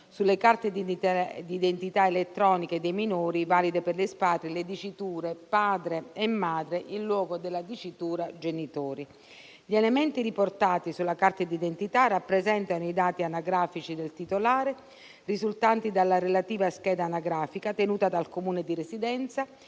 sulle carte d'identità elettroniche dei minori valide per l'espatrio le diciture: «padre e madre» in luogo della dicitura: «genitori». Gli elementi riportati sulla carta d'identità rappresentano i dati anagrafici del titolare risultanti dalla relativa scheda anagrafica tenuta dal Comune di residenza